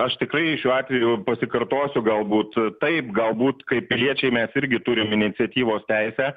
aš tikrai šiuo atveju pasikartosiu galbūt taip galbūt kaip piliečiai mes irgi turim iniciatyvos teisę